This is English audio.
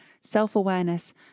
self-awareness